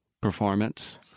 performance